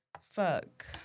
fuck